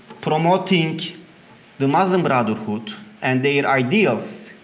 promoting the muslim brotherhood and their ideals,